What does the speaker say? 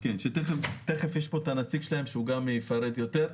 יש כאן את הנציג שלהם שהוא תיכף יפרט יותר.